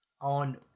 on